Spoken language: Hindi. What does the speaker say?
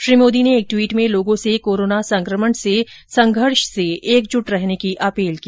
श्री मोदी ने एक ट्वीट में लोगों से कोरोना संक्रमण से संघर्ष से एकजुट रहने की अपील की